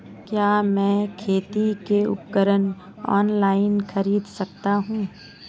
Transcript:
क्या मैं खेती के उपकरण ऑनलाइन खरीद सकता हूँ?